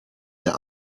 der